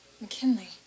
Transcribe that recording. McKinley